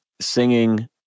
singing